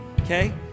Okay